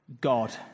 God